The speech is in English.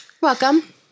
welcome